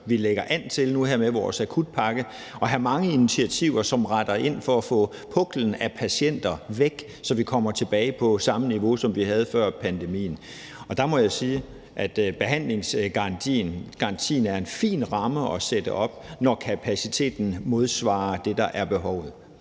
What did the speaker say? akutpakke an til nu her at have mange initiativer, som er rettet mod at få puklen af patienter væk, så vi kommer tilbage på samme niveau, som vi var på før pandemien. Og der må jeg sige, at behandlingsgarantien er en fin ramme at sætte op, når kapaciteten modsvarer det, der er behovet;